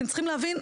אתם צריכים להבין,